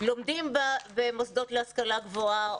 לומדים במוסדות להשכלה גבוהה,